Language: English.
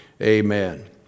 Amen